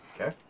Okay